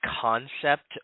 concept